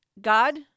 God